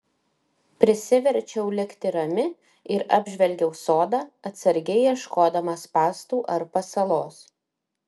prisiverčiau likti rami ir apžvelgiau sodą atsargiai ieškodama spąstų ar pasalos